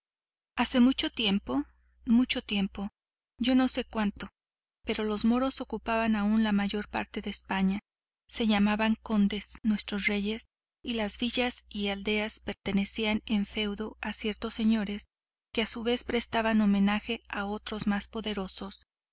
hace mucho tiempo mucho tiempo yo no sé cuánto pero los moros ocupaban la mayor parte de españa se llamaban condes nuestros reyes y las villas y aldeas pertenecían en feudo a ciertos señores que a su vez prestaban homenaje a otros más poderosos